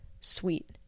sweet